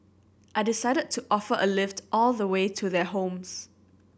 I decided to offer a lift all the way to their homes